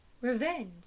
revenge